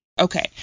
Okay